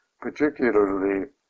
particularly